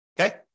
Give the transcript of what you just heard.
okay